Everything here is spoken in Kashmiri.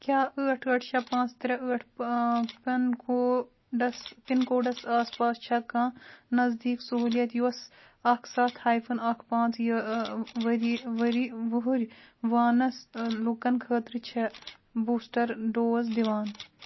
کیٛاہ ٲٹھ ٲٹھ شےٚ پانٛژھ ترٛےٚ ٲٹھ پِن کوڈَس پِن کوڈَس آس پاس چھےٚ کانٛہہ نزدیٖک سہوٗلِیَت یۄس اَکھ سَتھ ہایفٕن اَکھ پانٛژھ یہِ ؤری ؤری وُہُرۍ وانَس لُکَن خٲطرٕ چھِ بوٗسٹَر ڈوز دِوان